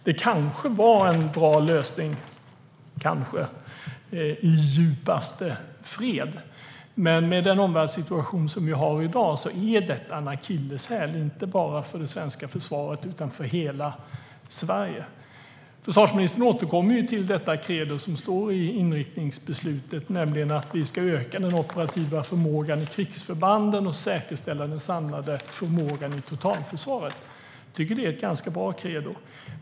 Det kanske var en bra lösning i djupaste fred, men med den omvärldssituation vi har i dag är det en akilleshäl, inte bara för det svenska försvaret utan för hela Sverige. Förvarsministern återkommer till det credo som står i inriktningsbeslutet: att vi ska öka den operativa förmågan i krigsförbanden och säkerställa den samlade förmågan i totalförsvaret. Det är ett bra credo.